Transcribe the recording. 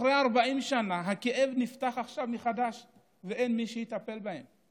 אחרי 40 שנה הכאב נפתח עכשיו מחדש ואין מי שיטפל בהם.